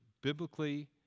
biblically